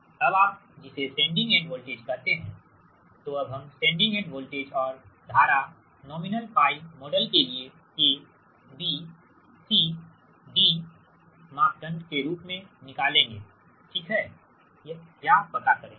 अबआप जिसे sending end voltage कहते हैं तो अब हम सेंडिंग एंड वोल्टेज और धारा नॉमिनल π मॉडल के लिए A B C D 12 मापदंड के रूप में निकालेंगे ठीक है या पता करेंगे